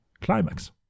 climax